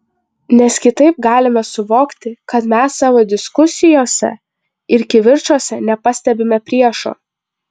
nes kitaip galime suvokti kad mes savo diskusijose ir kivirčuose nepastebime priešo